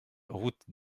route